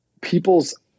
people's